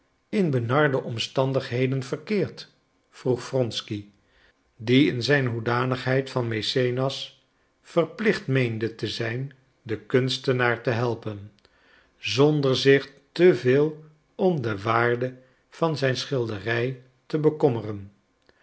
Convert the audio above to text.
in benarde omstandigheden verkeert vroeg wronsky die in zijn hoedanigheid van maecenas verplicht meende te zijn den kunstenaar te helpen zonder zich te veel om de waarde van zijn schilderij te bekommeren